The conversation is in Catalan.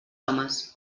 homes